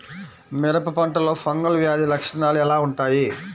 మిరప పంటలో ఫంగల్ వ్యాధి లక్షణాలు ఎలా వుంటాయి?